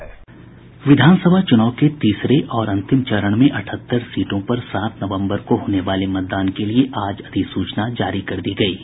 विधानसभा चुनाव के तीसरे और अंतिम चरण में अठहत्तर सीटों पर सात नवंबर को होने वाले मतदान के लिए आज अधिसूचना जारी कर दी गयी है